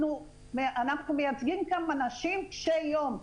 אנחנו מייצגים כאן אנשים קשי יום.